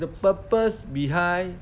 the purpose behind